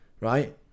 right